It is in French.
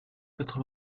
quatre